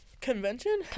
Convention